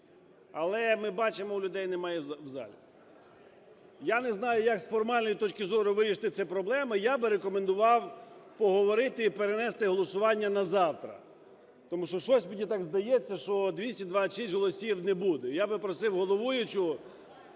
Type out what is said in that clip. Але ми бачимо, людей немає в залі. Я не знаю, як з формальної точки зору вирішити ці проблеми, я би рекомендував поговорити і перенести голосування на завтра. Тому що, щось мені так здається, що 226 голосів не буде. І я би просив головуючого…